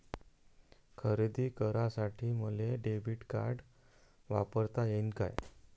खरेदी करासाठी मले डेबिट कार्ड वापरता येईन का?